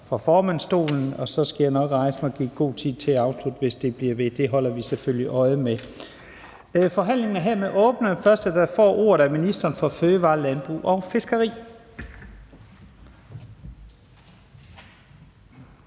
fra formandsstolen, og så skal jeg nok rejse mig i god tid, så man kan afslutte – hvis det bliver ved. Det holder vi selvfølgelig øje med. Forhandlingen er hermed åbnet, og den første, der får ordet, er ministeren for fødevarer, landbrug og fiskeri.